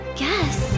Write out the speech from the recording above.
guess